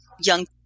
young